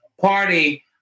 party